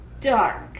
dark